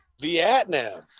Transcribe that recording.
Vietnam